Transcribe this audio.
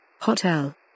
Hotel